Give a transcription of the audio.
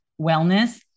wellness